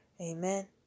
Amen